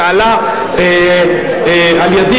שהועלה על-ידי,